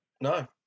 no